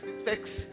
specs